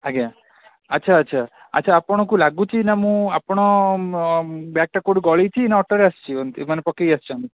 ଆଜ୍ଞା ଆଚ୍ଛା ଆଚ୍ଛା ଆଚ୍ଛା ଆପଣଙ୍କୁ ଲାଗୁଛି ନା ମୁଁ ଆପଣ ବ୍ୟାଗଟା କେଉଁଠି ଗଳିଛି ନା ଅଟୋରେ ଆସିଛନ୍ତି ଏ ମାନେ ପକେଇ ଆସିଛନ୍ତି